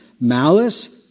malice